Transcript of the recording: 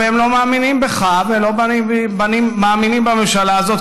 והם לא מאמינים בך ולא מאמינים בממשלה הזאת,